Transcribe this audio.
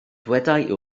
dyweda